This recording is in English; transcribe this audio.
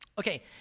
Okay